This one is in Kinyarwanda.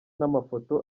n’amafoto